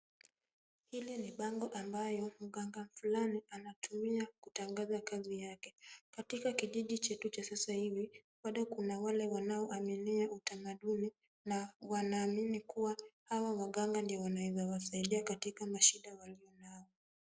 Hili ni bango ambayo mganga fulani anatumia kutangaza kazi yake . Katika kijiji chetu cha sasa hivi, huenda kuna wale wanaoaminia utamaduni na wanaamini kuwa hawa waganga ndio wanaweza wasaidia katika mashida waliyo nayo.